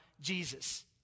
Jesus